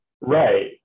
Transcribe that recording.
right